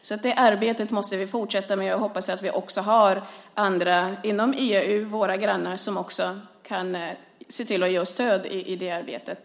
Detta arbete måste vi fortsätta med, och jag hoppas att vi också har stöd av våra grannar inom EU i det arbetet.